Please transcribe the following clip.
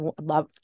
love